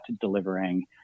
delivering